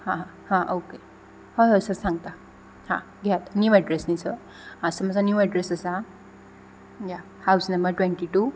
हा हा हा ओके हय हय सर सांगता हा घेयात नीव एड्रॅस न्ही सर आं सर म्हजो न्यू एड्रॅस आसा या हावज नंबर ट्वँटी टू